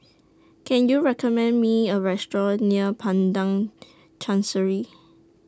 Can YOU recommend Me A Restaurant near Padang Chancery